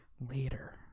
later